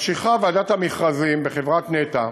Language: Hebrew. ממשיכה ועדת המכרזים בחברת נת"ע